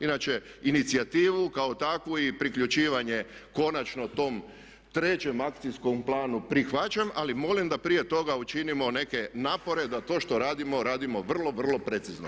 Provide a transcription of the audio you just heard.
Inače, inicijativu kao takvu i priključivanje konačno tom trećem akcijskom planu prihvaćam ali molim da prije toga učinimo neke napore da to što radimo radimo vrlo, vrlo precizno.